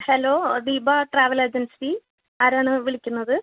hello Deepa travel agency ആരാണ് വിളിക്കുന്നത്